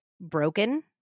broken